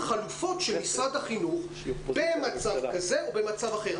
חלופות של משרד החינוך במצב כזה ובמצב אחר.